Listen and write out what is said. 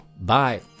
Bye